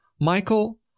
Michael